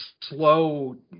slow